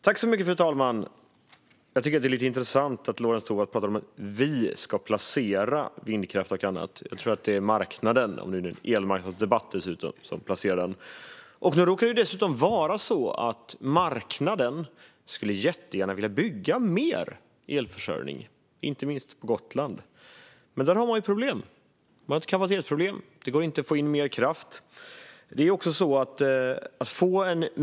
Fru talman! Det är intressant att Lorentz Tovatt talar om att det är vi som ska placera vindkraft och annat. Det är marknaden som gör det; det här är dessutom en debatt om elmarknaden. Det råkar också vara så att marknaden jättegärna skulle vilja bygga mer elförsörjning, inte minst på Gotland. Men där har man kapacitetsproblem. Det går inte att få in mer kraft.